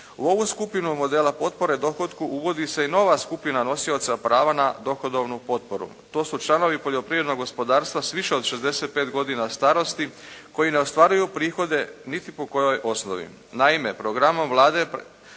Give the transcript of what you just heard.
U ovu skupinu modela potpore dohotku uvodi se i nova skupina nosioca prava na dohodovnu potporu. To su članovi poljoprivrednog gospodarstva sa više od 65 godina starosti koji ne ostvaruju prihode niti po kojoj osnovi. Naime, programom Vlade